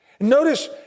Notice